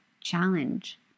challenge